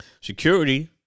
security